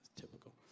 typical